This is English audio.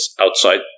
outside